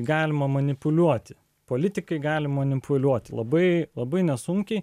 galima manipuliuoti politikai gali manipuliuoti labai labai nesunkiai